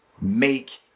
make